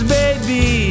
baby